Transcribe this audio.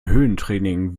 höhentraining